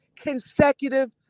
consecutive